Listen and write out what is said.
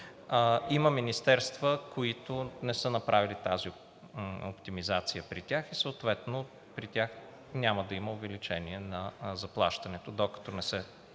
Има министерства, които не са направили тази оптимизация при тях, и съответно при тях няма да има увеличение на заплащането, докато не се